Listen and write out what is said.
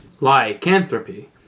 Lycanthropy